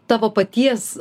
tavo paties